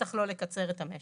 בטח לא לקצר את המשך.